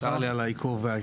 צר לי על העיכוב.